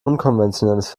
unkonventionelles